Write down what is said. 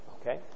okay